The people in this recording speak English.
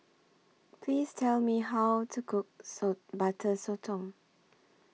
Please Tell Me How to Cook Saw Butter Sotong